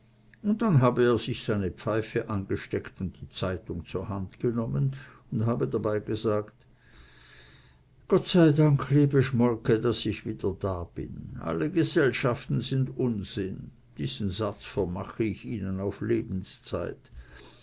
und dann habe er sich seine pfeife angesteckt und die zeitung in die hand genommen und habe dabei gesagt gott sei dank liebe schmolke daß ich wieder da bin alle gesellschaften sind unsinn diesen satz vermache ich ihnen auf lebenszeit